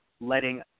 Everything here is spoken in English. letting